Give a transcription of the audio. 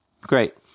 Great